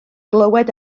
glywed